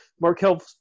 Markel